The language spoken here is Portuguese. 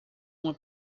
uma